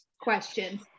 question